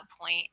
point